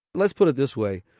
let's put it this way,